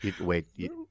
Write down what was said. Wait